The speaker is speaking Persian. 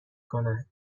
کنن